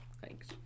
Thanks